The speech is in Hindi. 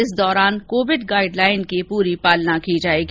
इस दौरान कोविड गाइड लाइन की पूरी पालना की जाएगी